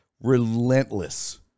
relentless